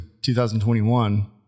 2021